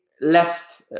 left